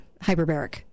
hyperbaric